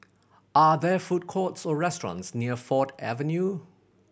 are there food courts or restaurants near Ford Avenue